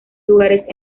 lugares